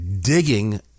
digging